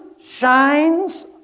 shines